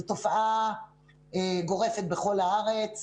זו תופעה גורפת בכל הארץ,